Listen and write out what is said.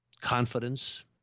confidence